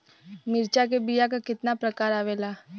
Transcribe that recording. मिर्चा के बीया क कितना प्रकार आवेला?